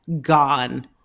gone